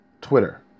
Twitter